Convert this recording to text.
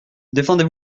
défendez